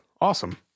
awesome